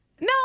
No